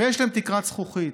ויש להם תקרת זכוכית,